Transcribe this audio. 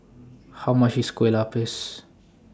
How much IS Kue Lupis